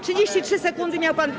33 sekundy miał pan.